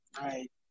right